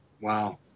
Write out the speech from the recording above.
wow